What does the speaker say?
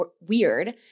weird